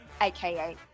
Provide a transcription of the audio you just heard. AKA